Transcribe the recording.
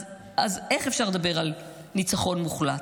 אז איך אפשר לדבר על ניצחון מוחלט?